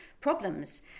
problems